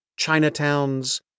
Chinatowns